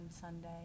Sunday